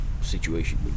situation